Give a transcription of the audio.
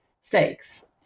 stakes